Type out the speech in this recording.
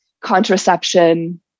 contraception